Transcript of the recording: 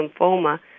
lymphoma